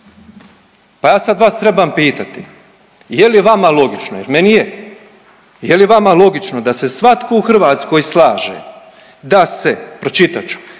Pa ja sad vas trebam pitati je li vama logično, jer meni je. Je li vama logično da se svatko u Hrvatskoj slaže da se pročitat